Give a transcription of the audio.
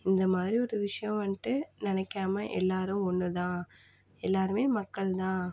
இந்த மாதிரி ஒரு விஷயம் வந்துட்டு நினைக்காமல் எல்லாரும் ஒன்னு தான் எல்லாருமே மக்கள் தான்